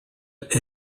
est